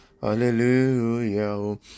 Hallelujah